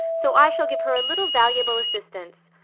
so i shall give her a little valuable assistance.